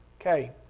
okay